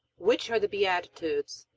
which are the beatitudes?